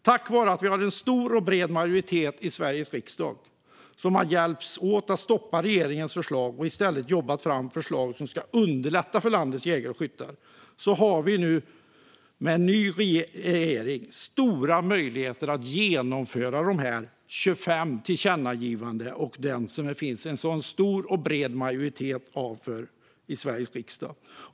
Tack vare att vi har en stor och bred majoritet i Sveriges riksdag som har hjälpts åt att stoppa regeringens förslag och i stället jobbat fram förslag som ska underlätta för landets jägare och skyttar har vi med en ny regering stora möjligheter att genomföra dessa tillkännagivanden, som det finns en stor och bred majoritet för i Sveriges riksdag.